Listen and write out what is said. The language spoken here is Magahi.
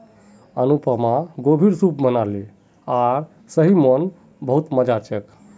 अनुपमा गोभीर सूप बनाले आर सही म न बहुत मजा छेक